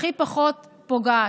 הכי פחות פוגעת.